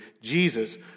Jesus